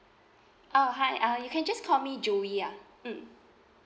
oh hi uh you can just call me joey ah mm